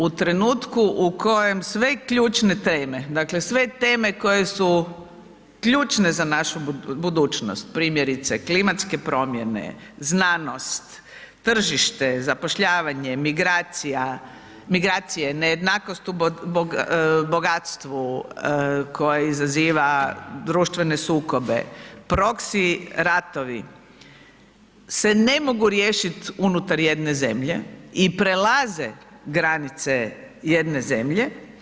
U trenutku u kojem sve ključne teme, dakle sve teme koje su ključne za našu budućnost, primjerice klimatske promjene, znanost, tržište, zapošljavanje, migracije, nejednakost u bogatstvu koje izaziva društvene sukobe, proxy ratovi se ne mogu riješiti unutar jedne zemlje i prelaze granice jedne zemlje.